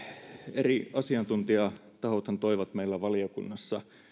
eri asiantuntijatahothan toivat meillä valiokunnassa